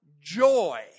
joy